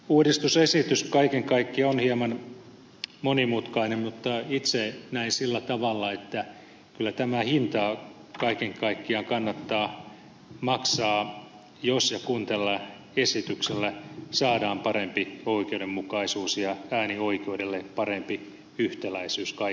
uudistusesitys kaiken kaikkiaan on hieman monimutkainen mutta itse näen sillä tavalla että kyllä tämä hinta kaiken kaikkiaan kannattaa maksaa jos ja kun tällä esityksellä saadaan parempi oikeudenmukaisuus ja äänioikeudelle parempi yhtäläisyys kaiken kaikkiaan